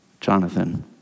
Jonathan